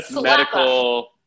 medical